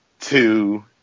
two